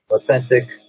authentic